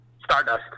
Stardust